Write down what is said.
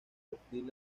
perfil